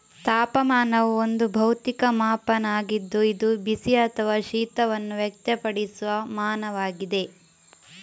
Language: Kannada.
ತಾಪಮಾನವು ಒಂದು ಭೌತಿಕ ಮಾಪನ ಆಗಿದ್ದು ಇದು ಬಿಸಿ ಅಥವಾ ಶೀತವನ್ನು ವ್ಯಕ್ತಪಡಿಸುವ ಮಾನವಾಗಿದೆ